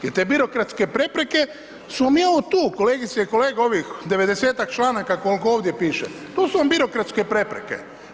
Jer te birokratske prepreke su im i ovo tu, kolegice i kolege ovih 90-tak članaka koliko ovdje pište, to su vam birokratske prepreke.